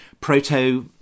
proto